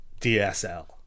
DSL